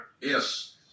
Yes